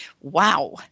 wow